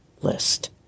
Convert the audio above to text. list